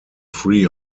free